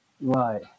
Right